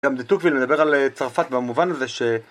גם די תוקווין מדבר על צרפת במובן הזה ש...